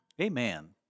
Amen